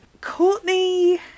Courtney